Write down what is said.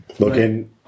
Looking